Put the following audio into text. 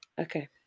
Okay